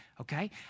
Okay